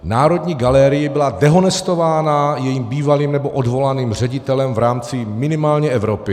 Národní galerie byla dehonestována jejím bývalým nebo odvolaným ředitelem v rámci minimálně Evropy.